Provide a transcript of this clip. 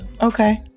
Okay